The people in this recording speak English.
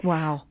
Wow